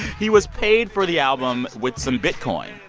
he was paid for the album with some bitcoin.